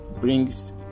brings